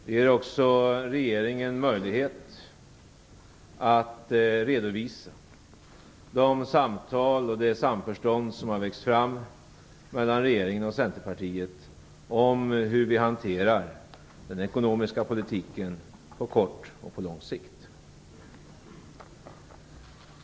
Den ger också regeringen möjlighet att redovisa de samtal och det samförstånd som har växt fram mellan regeringen och Centerpartiet om hur vi skall hantera den ekonomiska politiken på kort och på lång sikt.